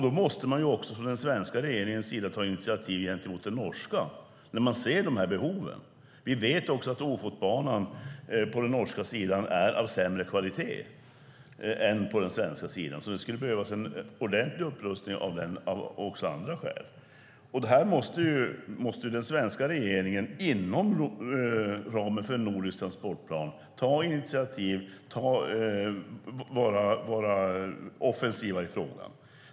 Då måste man också från den svenska regeringens sida ta initiativ gentemot den norska när man ser dessa behov. Vi vet också att Ofotbanan på den norska sidan är av sämre kvalitet än på den svenska sidan, så det skulle behövas en ordentlig upprustning av den, också av andra skäl. Därför måste den svenska regeringen, inom ramen för en nordisk transportplan, ta initiativ och vara offensiv i frågan.